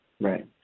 Right